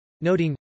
noting